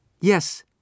Yes